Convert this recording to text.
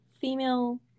female